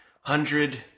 hundred